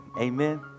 amen